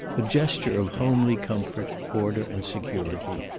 a gesture of homely comfort, order and security.